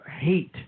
hate